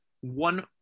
one